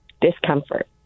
discomfort